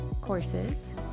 courses